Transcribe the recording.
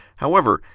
however,